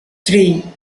three